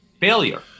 failure